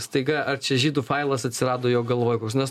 staiga ar čia žydų failas atsirado jo galvoj koks nes